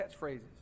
catchphrases